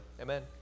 Amen